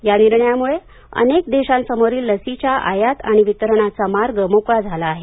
या निर्णयाम्ळे अनेक देशांसमोरील लसीच्या आयात आणि वितरणाचा मार्ग मोकळा झाला आहे